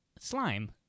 Slime